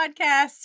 Podcast